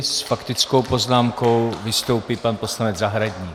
S faktickou poznámkou vystoupí pan poslanec Zahradník.